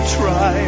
try